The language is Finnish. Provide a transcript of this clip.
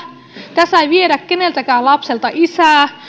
tässä ei viedä keneltäkään lapselta isää